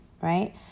right